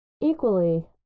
Equally